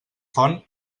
font